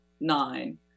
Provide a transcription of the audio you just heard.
nine